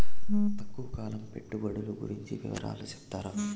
తక్కువ కాలం పెట్టుబడులు గురించి వివరాలు సెప్తారా?